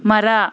ಮರ